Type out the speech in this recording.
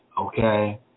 okay